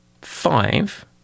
five